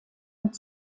und